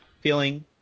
feeling